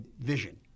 vision